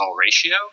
ratio